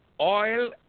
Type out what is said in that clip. oil